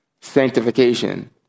sanctification